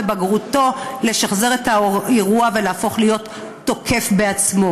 לשחזר את האירוע ולהפוך להיות תוקף בעצמו.